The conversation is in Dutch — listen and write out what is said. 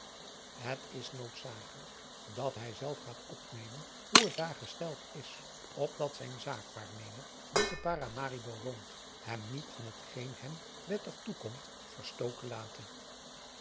het is noodzakelijk dat hij zelf gaat opnemen hoe het daar gesteld is opdat zijn zaakwaarnemer die te paramaribo woont hem niet van hetgeen hem wettig toekomt verstoken late